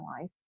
life